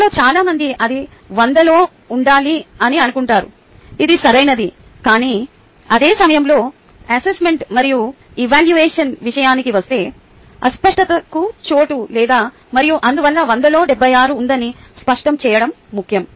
మనలో చాలా మంది అది 100 లో ఉండాలి అని అనుకుంటారు ఇది సరైనది కానీ అదే సమయంలో అసెస్మెంట్ మరియు ఎవాల్యువషన్ విషయానికి వస్తే అస్పష్టతకు చోటు లేదు మరియు అందువల్ల 100 లో 76 ఉందని స్పష్టం చేయడం ముఖ్యం